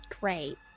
Great